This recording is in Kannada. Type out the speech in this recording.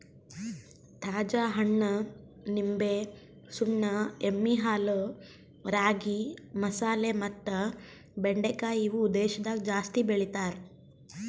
ತಾಜಾ ಹಣ್ಣ, ನಿಂಬೆ, ಸುಣ್ಣ, ಎಮ್ಮಿ ಹಾಲು, ರಾಗಿ, ಮಸಾಲೆ ಮತ್ತ ಬೆಂಡಿಕಾಯಿ ಇವು ದೇಶದಾಗ ಜಾಸ್ತಿ ಬೆಳಿತಾರ್